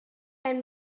pen